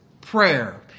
prayer